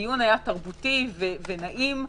הדיון היה תרבותי ונעים,